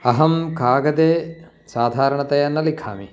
अहं कागदे साधारणतया न लिखामि